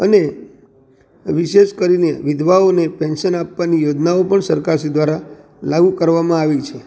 અને વિશેષ કરીને વિધવાઓને પેન્સન આપવાની યોજનાઓ સરકારશ્રી દ્વારા લાગુ કરવામાં આવી છે